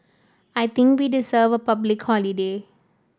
I think we deserve public holiday